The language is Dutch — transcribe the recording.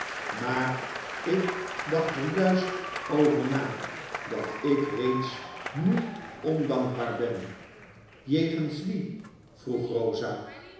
maar ik dacht er juist over na dat ik reeds nu ondankbaar ben jegens wien vroeg rosa